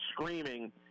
screaming